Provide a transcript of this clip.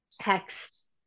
text